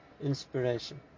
inspiration